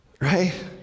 right